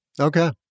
Okay